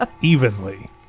Evenly